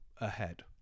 ahead